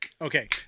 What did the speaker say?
Okay